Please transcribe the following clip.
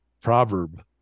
proverb